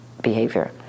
behavior